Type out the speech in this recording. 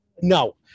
no